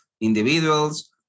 individuals